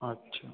আচ্ছা